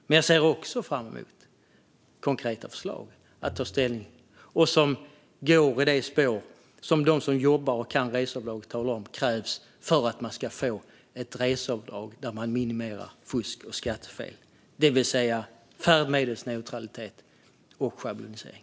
Men jag ser också fram emot konkreta förslag att ta ställning till som går i det spår som de som jobbar med och kan reseavdraget talar om krävs för att man ska få ett reseavdrag där man minimerar fusk och skattefel, det vill säga färdmedelsneutralitet och schablonisering.